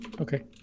okay